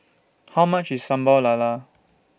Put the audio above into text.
How much IS Sambal Lala